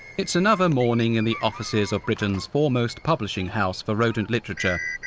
it's another morning in the offices of britain's foremost publishing house for rodent literature,